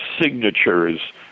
signatures